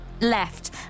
left